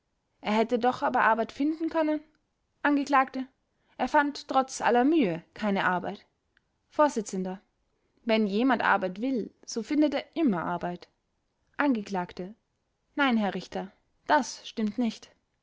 er hätte doch aber arbeit finden können angekl er fand trotz aller mühe keine arbeit vors wenn jemand arbeiten will so findet er immer arbeit angekl nein herr richter das stimmt nicht